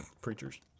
preachers